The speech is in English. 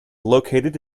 located